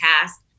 cast